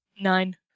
Nine